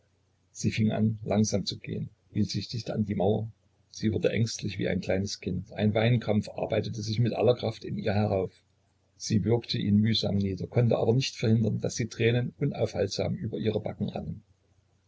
sie fing an langsam zu gehen hielt sich dicht an die mauer sie wurde ängstlich wie ein kleines kind ein weinkrampf arbeitete sich mit aller kraft in ihr herauf sie würgte ihn mühsam nieder konnte aber nicht verhindern daß die tränen unaufhaltsam über ihre backen rannen